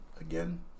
again